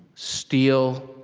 steel,